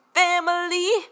family